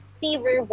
fever